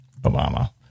Obama